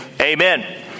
amen